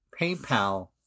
PayPal